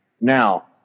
Now